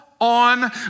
on